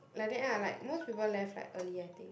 like that ah like most people left like early I think